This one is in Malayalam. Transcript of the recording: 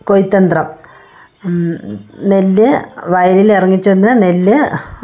കൊയ്ത്ത് എന്ത്രം നെല്ല് വയലിൽ ഇറങ്ങിച്ചെന്ന് നെല്ല്